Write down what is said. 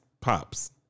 pops